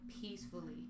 peacefully